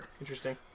Interesting